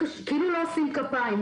השבוע.